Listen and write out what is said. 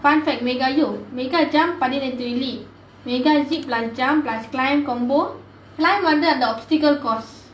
fun fact mega you mega jump பதினைஞ்சு வெள்ளி:pathinainchu velli Megazip plus jump plus climb combo climb வந்து அந்த:vanthu antha obstacle course